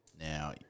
Now